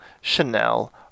Chanel